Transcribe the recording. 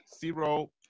zero